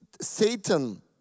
Satan